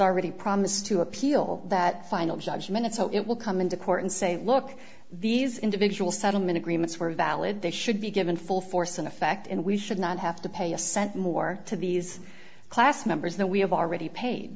already promised to appeal that final judgment so it will come into court and say look these individual settlement agreements were valid they should be given full force and effect and we should not have to pay a cent more to these class members that we have already paid